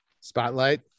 Spotlight